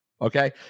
okay